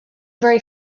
very